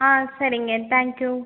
ஆ சரிங்க தேங்க்யூ